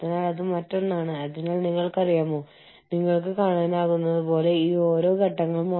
അതിനാൽ ബഹുരാഷ്ട്ര സംരംഭങ്ങളുടെ വികസനത്തിലെ വ്യത്യസ്ത ഘട്ടങ്ങളാണിവ